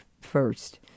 first